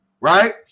Right